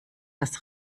dass